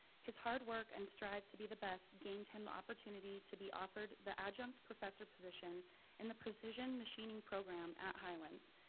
his hard work and strife to be the best gained him opportunity to be offered the adjunct professor position in the precision machining program at highlands.